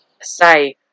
say